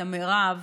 את המרב,